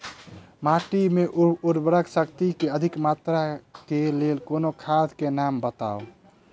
माटि मे उर्वरक शक्ति केँ अधिक मात्रा केँ लेल कोनो खाद केँ नाम बताऊ?